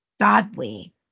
godly